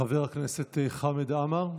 חבר הכנסת חמד עמאר,